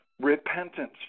repentance